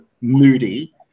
moody